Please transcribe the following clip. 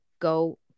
go